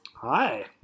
Hi